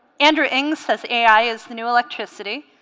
and ruing says ai is the new electricity